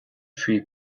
three